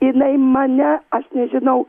jinai mane aš nežinau